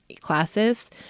classes